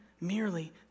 merely